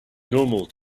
normal